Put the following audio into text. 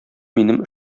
минем